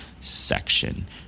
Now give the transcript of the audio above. section